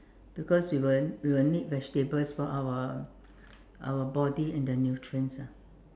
because we will we will need vegetables for our our body and the nutrients ah